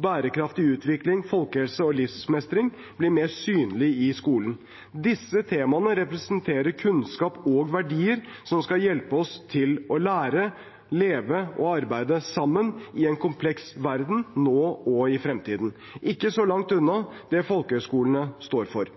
bærekraftig utvikling, folkehelse og livsmestring bli mer synlig i skolen. Disse temaene representerer kunnskap og verdier som skal hjelpe oss til å lære, leve og arbeide sammen i en kompleks verden nå og i fremtiden – ikke så langt unna det folkehøyskolene står for.